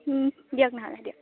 দিয়ক নহ'লে দিয়ক